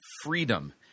freedom